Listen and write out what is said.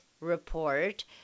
report